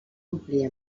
omplir